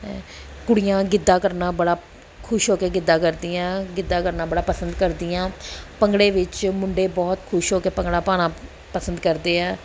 ਐ ਕੁੜੀਆਂ ਗਿੱਧਾ ਕਰਨਾ ਬੜਾ ਖੁਸ਼ ਹੋ ਕੇ ਗਿੱਧਾ ਕਰਦੀਆਂ ਗਿੱਧਾ ਕਰਨਾ ਬੜਾ ਪਸੰਦ ਕਰਦੀਆਂ ਭੰਗੜੇ ਵਿੱਚ ਮੁੰਡੇ ਬਹੁਤ ਖੁਸ਼ ਹੋ ਕੇ ਭੰਗੜਾ ਪਾਉਣਾ ਪਸੰਦ ਕਰਦੇ ਆ